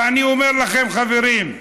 ואני אומר לכם, חברים,